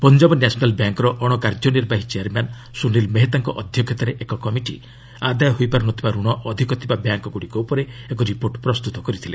Punjab national ବ୍ୟାଙ୍କ୍ର ଅଣକାର୍ଯ୍ୟନିର୍ବାହୀ chairman Sunil ମେହେତାଙ୍କ ଅଧ୍ୟକ୍ଷତାରେ ଏକ କମିଟି ଆଦାୟ ହୋଇପାରୁନଥିବା ଋଣ ଅଧିକ ଥିବା ବ୍ୟାଙ୍କ୍ଗୁଡ଼ିକ ଉପରେ ଏକ ରିପୋର୍ଟ ପ୍ରସ୍ତୁତ କରିଥିଲେ